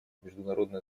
международное